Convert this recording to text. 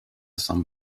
some